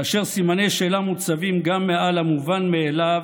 כאשר סימני שאלה מוצבים גם מעל המובן מאליו,